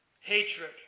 Hatred